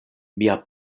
mia